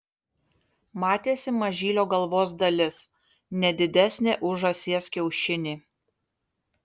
matėsi mažylio galvos dalis ne didesnė už žąsies kiaušinį